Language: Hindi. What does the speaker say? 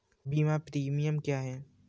बीमा प्रीमियम क्या है?